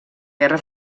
guerra